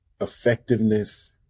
effectiveness